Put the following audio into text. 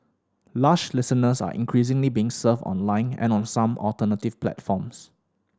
lush listeners are increasingly being served online and on some alternative platforms